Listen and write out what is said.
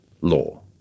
law